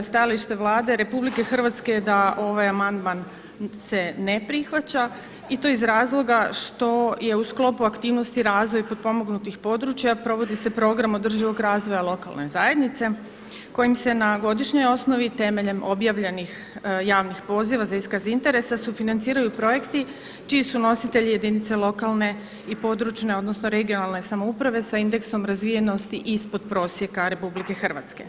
Stajalište Vlade RH je da ovaj amandman se ne prihvaća i to iz razloga što je u sklopu aktivnosti razvoj potpomognutih područja provodi se program održivog razvoja lokalne zajednice kojim se na godišnjoj osnovi temeljem objavljenih javnih poziva za iskaz interesa sufinanciraju projekti čiji su nositelji jedinice lokalne i područne odnosno (regionalne) samouprave sa indeksom razvijenosti ispod prosjeka RH.